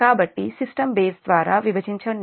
కాబట్టి system base ద్వారా విభజించండి